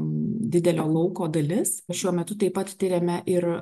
didelio lauko dalis šiuo metu taip pat tiriame ir